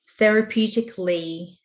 therapeutically